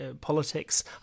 politics